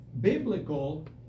biblical